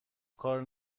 کار